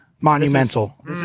Monumental